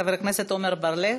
חבר הכנסת עמר בר-לב,